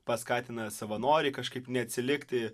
paskatina savanoriai kažkaip neatsilikti